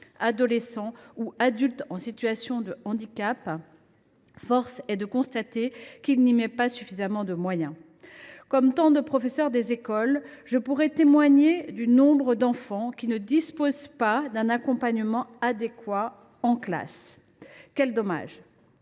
adolescents ou adultes en situation de handicap, force est de constater qu’il n’y met pas suffisamment de moyens. Comme tant de professeurs des écoles, je pourrais témoigner du nombre d’enfants qui ne disposent pas d’un accompagnement adéquat en classe. Quel dommage !